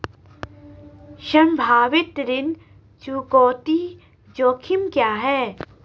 संभावित ऋण चुकौती जोखिम क्या हैं?